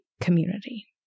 community